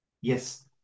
yes